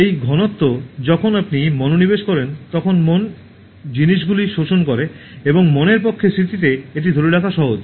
এই ঘনত্ব যখন আপনি মনোনিবেশ করেন তখন মন জিনিসগুলি শোষণ করে এবং মনের পক্ষে স্মৃতিতে এটি ধরে রাখা সহজ